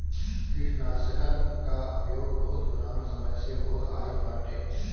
कीटनाशकन कअ उपयोग बहुत पुरान समय से होत आइल बाटे